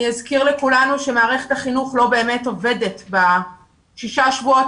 אזכיר לכולנו שמערכת החינוך לא באמת עובדת בשישה השבועות